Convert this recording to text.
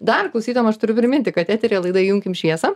dar klausytojam aš turiu priminti kad eteryje laida įjunkim šviesą